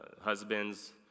husbands